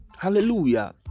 Hallelujah